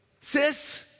Sis